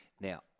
Now